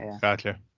gotcha